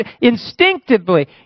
instinctively